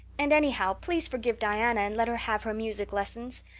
and anyhow, please forgive diana and let her have her music lessons.